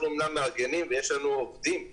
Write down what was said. אנחנו אומנם מארגנים ויש לנו עובדים,